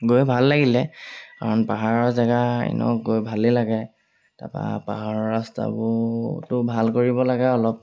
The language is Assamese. গৈ ভাল লাগিলে কাৰণ পাহাৰৰ জেগা এনেও গৈ ভালেই লাগে তাৰপৰা পাহাৰৰ ৰাস্তাবোৰতো ভাল কৰিব লাগে অলপ